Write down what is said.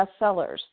bestsellers